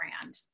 brand